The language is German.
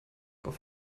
auf